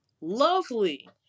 Lovely